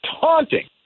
taunting